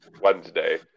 Wednesday